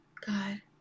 God